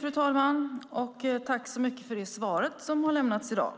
Fru talman! Tack så mycket för det svar som har lämnats i dag!